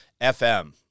FM